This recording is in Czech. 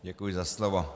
Děkuji za slovo.